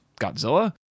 Godzilla